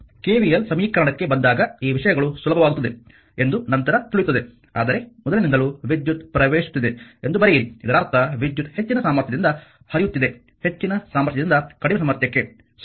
KVL ಸಮೀಕರಣಕ್ಕೆ ಬಂದಾಗ ಈ ವಿಷಯಗಳು ಸುಲಭವಾಗುತ್ತವೆ ಎಂದು ನಂತರ ತಿಳಿಯುತ್ತದೆ ಆದರೆ ಮೊದಲಿನಿಂದಲೂ ವಿದ್ಯುತ್ ಪ್ರವೇಶಿಸುತ್ತಿದೆ ಎಂದು ಬರೆಯಿರಿ ಇದರರ್ಥ ವಿದ್ಯುತ್ ಹೆಚ್ಚಿನ ಸಾಮರ್ಥ್ಯದಿಂದ ಹರಿಯುತ್ತಿದೆ ಹೆಚ್ಚಿನ ಸಾಮರ್ಥ್ಯದಿಂದ ಕಡಿಮೆ ಸಾಮರ್ಥ್ಯಕ್ಕೆ ಸರಿ